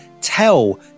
Tell